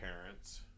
parents